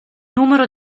numero